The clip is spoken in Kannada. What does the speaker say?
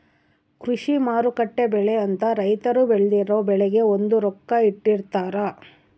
ಕೃಷಿ ಮಾರುಕಟ್ಟೆ ಬೆಲೆ ಅಂತ ರೈತರು ಬೆಳ್ದಿರೊ ಬೆಳೆಗೆ ಒಂದು ರೊಕ್ಕ ಇಟ್ಟಿರ್ತಾರ